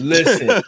Listen